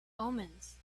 omens